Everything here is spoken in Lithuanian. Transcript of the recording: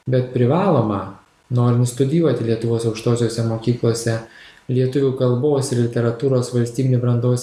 bet privalomą norint studijuoti lietuvos aukštosiose mokyklose lietuvių kalbos ir literatūros valstybinį brandos